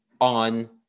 on